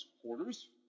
supporters